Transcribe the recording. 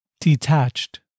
detached